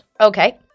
Okay